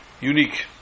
unique